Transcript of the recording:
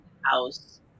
house